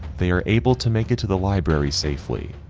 they are able to make it to the library safely.